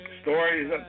stories